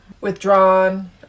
Withdrawn